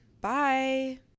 Bye